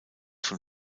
von